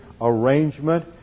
arrangement